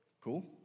Cool